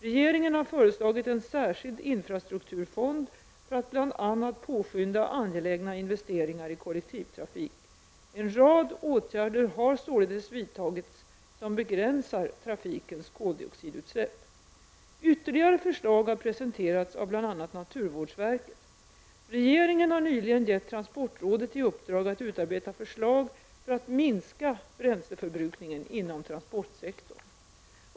Regeringen har föreslagit en särskild infrastrukturfond för att bl.a. påskynda angelägna investeringar i kollektivtrafik. En rad åtgärder har således vidtagits, som begränsar trafikens koldioxidutsläpp. Ytterligare förslag har presenterats av bl.a. naturvårdsverket. Regeringen har nyligen gett transportrådet i uppdrag att utarbeta förslag för att minska bränsleförbrukningen inom transportsektorn.